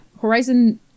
Horizon